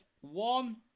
one